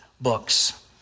books